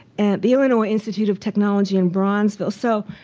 the illinois institute of technology in bronzeville. so